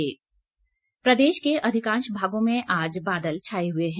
मौसम प्रदेश के अधिकांश भागों में आज बादल छाए हुए हैं